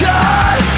God